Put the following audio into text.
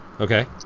Okay